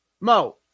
Mo